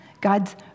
God's